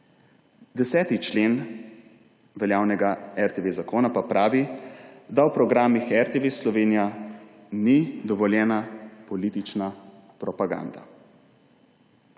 10. člen veljavnega RTV zakona pa pravi, da v programih RTV Slovenija ni dovoljena politična propaganda.